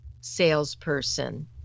salesperson